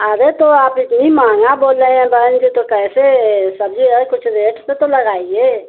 अरे तो आप इतनी महँगा बोल रही हैं बहन जी तो कैसे सब्जी अरे कुछ रेट से तो लगाइए